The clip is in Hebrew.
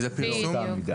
באותה מידה.